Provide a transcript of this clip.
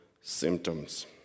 symptoms